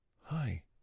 Hi